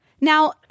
Now